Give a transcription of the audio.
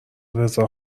رضا